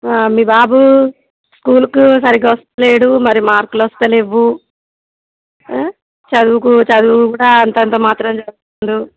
మీ బాబూ స్కూలుకి సరిగా వస్తలేడు మరి మార్కులొస్తలేదు చదువు చదువు కూడా అంతంత మాత్రం చదువుతాడు